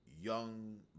young